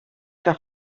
que